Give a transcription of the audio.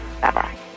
Bye-bye